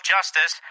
Justice